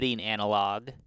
analog